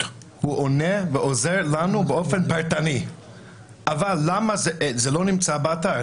הוא עונה ועוזר לנו באופן פרטני אבל למה זה לא נמצא באתר?